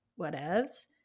Whatevs